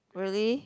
really